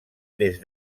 des